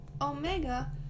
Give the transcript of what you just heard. Omega